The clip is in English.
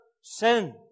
sin